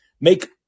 make